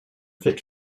fit